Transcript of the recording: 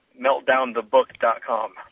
meltdownthebook.com